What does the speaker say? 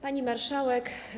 Pani Marszałek!